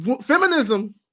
Feminism